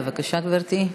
בבקשה, גברתי.